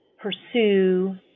pursue